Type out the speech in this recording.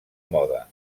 moda